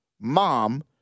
mom